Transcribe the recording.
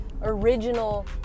original